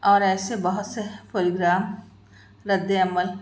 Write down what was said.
اور ایسے بہت سے پروگرام ردعمل